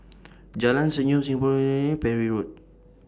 Jalan Senyum Singaporean Parry Road